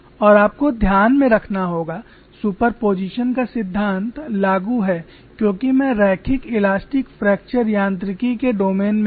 और आपको ध्यान में रखना होगा सुपरपोजिशन का सिद्धांत लागू है क्योंकि मैं रैखिक इलास्टिक फ्रैक्चर यांत्रिकी के डोमेन में हूं